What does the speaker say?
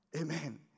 Amen